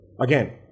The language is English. again